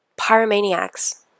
pyromaniacs